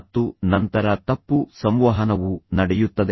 ಮತ್ತು ನಂತರ ತಪ್ಪು ಸಂವಹನವು ನಡೆಯುತ್ತದೆ